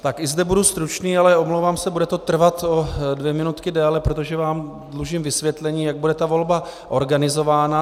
Tak i zde budu stručný, ale omlouvám se, bude to trvat o dvě minutky déle, protože vám dlužím vysvětlení, jak bude ta volba organizována.